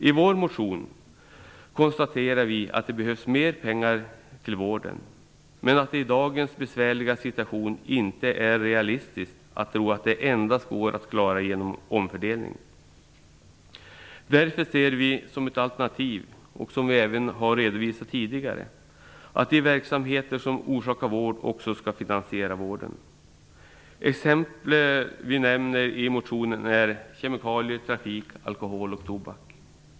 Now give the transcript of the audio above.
I vår motion konstaterar vi att det behövs mer pengar till vården, men att det i dagens besvärliga situation inte är realistiskt att tro att det går att klara endast genom omfördelningar. Därför ser vi som ett alternativ, som vi även har redovisat tidigare, att de verksamheter som orsakar sjukdom också skall vara med och finansiera vården. Exempel vi nämner i motionen är kemikalier, trafik, alkohol och tobak.